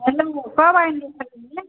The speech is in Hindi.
हेलो कब आएंगे खरीदने